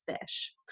fish